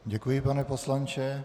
Děkuji, pane poslanče.